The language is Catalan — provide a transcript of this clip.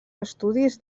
estudis